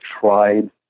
tried